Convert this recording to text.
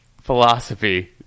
philosophy